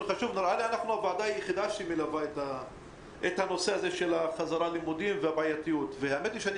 היחידה שמלווה את הנושא של החזרה ללימודים ואת הבעייתיות.